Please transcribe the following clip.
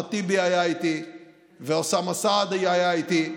אחמד טיבי היה איתי ואוסאמה סעדי היה איתי.